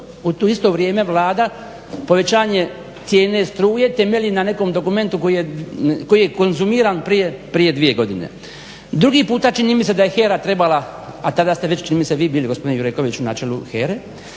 to isto vrijeme Vlada povećanje cijene struje temelji na nekom dokumentu koji je konzumiran prije 2. godine. Drugi puta, čini mi se da je HERA trebala, a tada ste već čini mi se već bili gospodine Jurekoviću na čelu HERA-e,